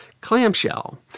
clamshell